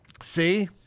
See